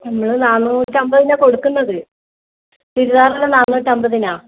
നമ്മൾ നാനൂറ്റി അൻപതിനാണ് കൊടുക്കുന്നത് ചുരിദാറിന് നാനൂറ്റി അൻപതിനാണ്